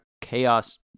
chaos